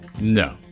No